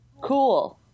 Cool